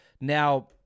Now